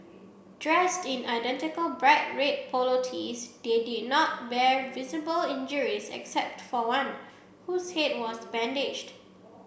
dressed in identical bright red polo tees they did not bear visible injuries except for one whose head was bandaged